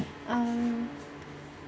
um